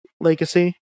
legacy